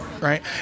right